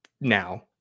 now